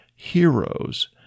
heroes